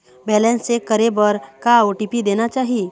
Balance check करे बर का ओ.टी.पी देना चाही?